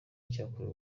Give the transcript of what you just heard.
cyakorewe